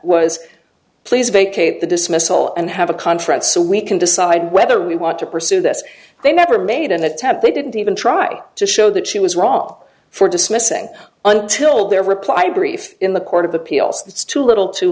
was please vacate the dismissal and have a contract so we can decide whether we want to pursue this they never made an attempt they didn't even try to show that she was wrong for dismissing until their reply brief in the court of appeals that's too little too